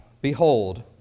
behold